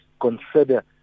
consider